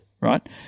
right